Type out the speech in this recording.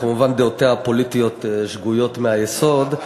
כמובן דעותיה הפוליטיות שגויות מהיסוד,